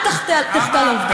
אל תחטא לעובדות.